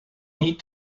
niet